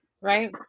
right